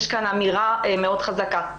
יש כאן אמירה מאוד חזקה.